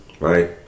Right